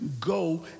go